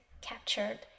captured